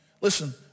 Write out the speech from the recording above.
Listen